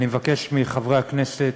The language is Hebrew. אני מבקש מחברי הכנסת